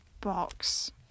box